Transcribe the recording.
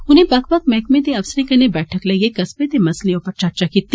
उनें बक्ख बक्ख मैहकमें दे अफसरें कन्नै बैठक लाइए कस्बें दे मसलें उप्पर चर्चा कीती